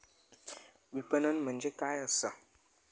विपणन म्हणजे काय असा?